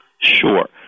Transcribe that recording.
Sure